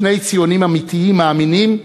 שני ציונים אמיתיים מאמינים,